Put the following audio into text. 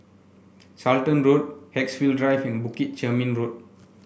Charlton Road Haigsville Drive and Bukit Chermin Road